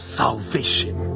salvation